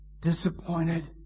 disappointed